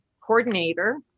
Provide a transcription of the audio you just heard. coordinator